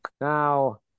now